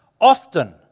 Often